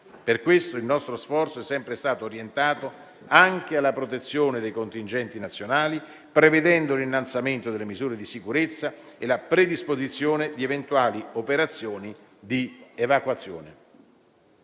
Per questo il nostro sforzo è sempre stato orientato anche alla protezione dei contingenti nazionali, prevedendo l'innalzamento delle misure di sicurezza e la predisposizione di eventuali operazioni di evacuazione.